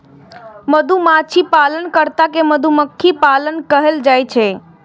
मधुमाछी पालन कर्ता कें मधुमक्खी पालक कहल जाइ छै